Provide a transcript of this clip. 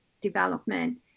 development